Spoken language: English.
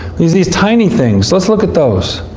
these these tiny things. let's look at those.